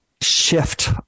shift